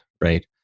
right